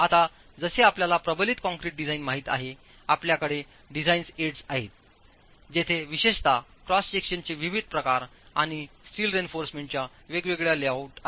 आता जसे आपल्याला प्रबलित कंक्रीट डिझाइन माहित आहे आपल्याकडे डिझाइन एड्स आहेत जेथे विशेषत क्रॉस सेक्शनचे विविध प्रकार आणि स्टील रेइन्फॉर्समेंटच्या वेगवेगळ्या लेआउट आहेत